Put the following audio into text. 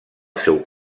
seu